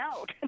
out